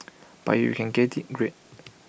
but if you can get IT great